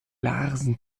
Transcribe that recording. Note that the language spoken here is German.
larsen